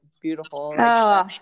beautiful